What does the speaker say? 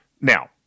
Now